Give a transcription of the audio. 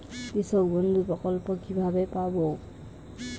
কৃষকবন্ধু প্রকল্প কিভাবে পাব?